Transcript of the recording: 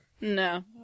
No